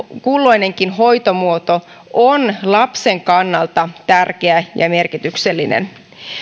kulloinenkin hoitomuoto on lapsen kannalta tärkeä ja merkityksellinen